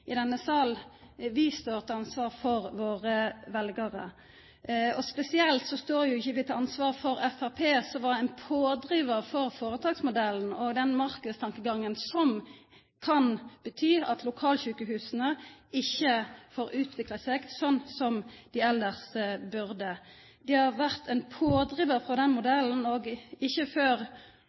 i denne salen. Vi står til ansvar for våre veljarar. Spesielt står ikkje vi til ansvar for Framstegspartiet, som var ein pådrivar for føretaksmodellen og den marknadstankegangen som kan bety at lokalsjukehusa ikkje får utvikla seg slik som dei elles burde. Dei har vore ein pådrivar for den modellen, og ikkje før